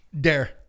Dare